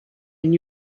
and